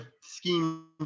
scheme